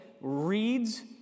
reads